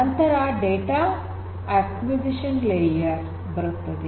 ನಂತರ data acquisition layer ಬರುತ್ತದೆ